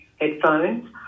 headphones